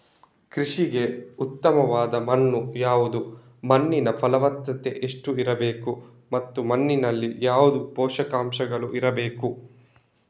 ಕೃಷಿಗೆ ಉತ್ತಮವಾದ ಮಣ್ಣು ಯಾವುದು, ಮಣ್ಣಿನ ಫಲವತ್ತತೆ ಎಷ್ಟು ಇರಬೇಕು ಮತ್ತು ಮಣ್ಣಿನಲ್ಲಿ ಯಾವುದು ಪೋಷಕಾಂಶಗಳು ಇರಬೇಕು?